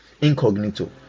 Incognito